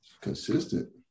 consistent